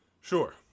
Sure